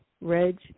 reg